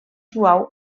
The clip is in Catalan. suau